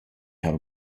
habe